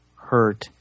hurt